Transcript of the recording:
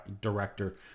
director